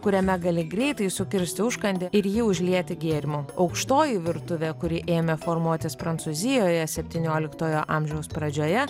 kuriame gali greitai sukirsti užkandį ir jį užlieti gėrimu aukštoji virtuvė kuri ėmė formuotis prancūzijoje septynioliktojo amžiaus pradžioje